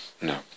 No